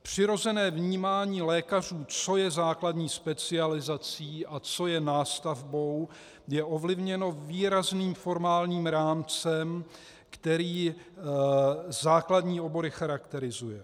Přirozené vnímání lékařů, co je základní specializací a co je nástavbou, je ovlivněno výrazným formálním rámcem, který základní obory charakterizuje.